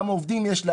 כמה עובדים יש לה,